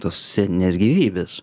tos sceninės gyvybės